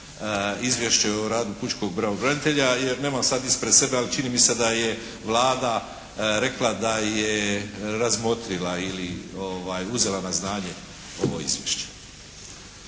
Izvješće o radu pučkog pravobranitelja, jer nemam sad ispred sebe ali čini mi se da je Vlada rekla da je razmotrila ili uzela na znanje ovo izvješće.